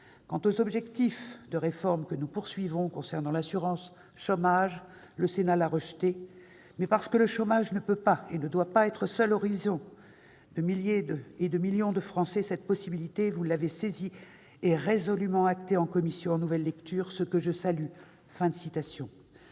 quant aux objectifs de réforme que nous poursuivons concernant l'assurance chômage, le Sénat l'a rejetée. Mais parce que le chômage ne peut pas et ne doit pas être le seul horizon de millions de Français, cette possibilité, vous l'avez saisie et résolument actée en commission en nouvelle lecture, ce que je salue. »